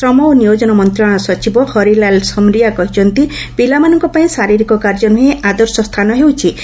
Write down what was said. ଶ୍ରମ ଓ ନିୟୋଜନ ମନ୍ତ୍ରଣାଳୟ ସଚିବ ହିରାଲାଲ ସମରିଆ କହିଛନ୍ତି ପିଲାମାନଙ୍କ ପାଇଁ ଶାରୀରିକ କାର୍ଯ୍ୟ ନୁହେଁ ଆଦର୍ଶ ସ୍ଥାନ ହେଉଛି ବିଦ୍ୟାଳୟ